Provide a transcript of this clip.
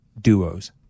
Duos